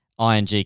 ING